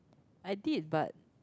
I did but